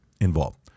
involved